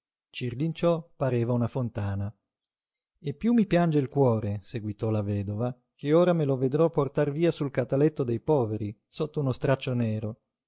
spade cirlinciò pareva una fontana e piú mi piange il cuore seguitò la vedova che ora me lo vedrò portar via sul cataletto dei poveri sotto uno straccio nero